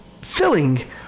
filling